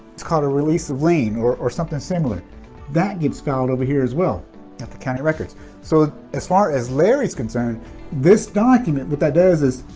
it's called a release of lien or or something similar that gets filed over here as well at the county records so as far as larry's concerned this document what that does is